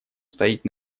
стоит